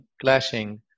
clashing